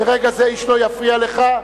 מרגע זה איש לא יפריע לך.